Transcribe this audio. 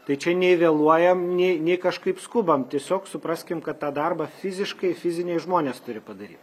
tai čia nei vėluojam nei nei kažkaip skubam tiesiog supraskim kad tą darbą fiziškai fiziniai žmonės turi padaryt